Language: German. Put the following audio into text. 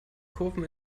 kurven